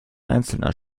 einzelner